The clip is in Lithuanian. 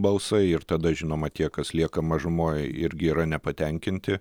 balsai ir tada žinoma tie kas lieka mažumoj irgi yra nepatenkinti